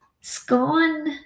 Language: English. scone